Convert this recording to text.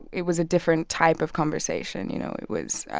it was a different type of conversation. you know, it was